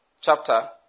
chapter